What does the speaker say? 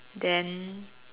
then